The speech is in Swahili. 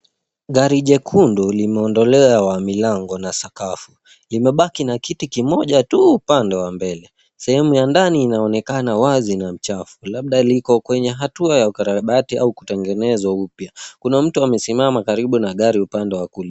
Gari jekundu limeondolewa milango na sakafu. Imebaki na kiti kimoja tu upande wa mbele. Sehemu ya ndani inaonekana wazi na mchafu labda liko kwenye hatua ya ukarabati au kutengenezwa upya. Kuna mtu amesimama karibu na gari upande wa kulia.